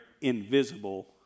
invisible